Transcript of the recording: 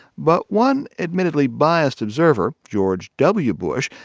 but one admittedly biased observer, george w. bush,